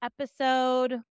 episode